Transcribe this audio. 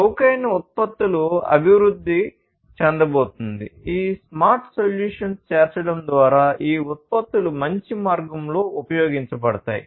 చౌకైన ఉత్పత్తులు అభివృద్ధి చెందబోతోంది ఈ స్మార్ట్ సొల్యూషన్స్ చేర్చడం ద్వారా ఈ ఉత్పత్తులు మంచి మార్గంలో ఉపయోగించబడతాయి